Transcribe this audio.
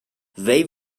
they